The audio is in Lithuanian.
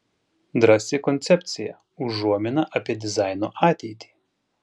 drąsi koncepcija užuomina apie dizaino ateitį